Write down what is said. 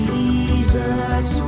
Jesus